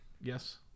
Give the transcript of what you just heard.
Yes